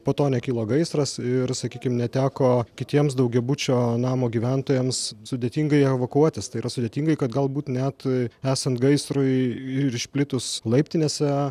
po to nekilo gaisras ir sakykim neteko kitiems daugiabučio namo gyventojams sudėtingai evakuotis tai yra sudėtingai kad galbūt net esant gaisrui ir išplitus laiptinėse